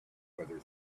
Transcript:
whether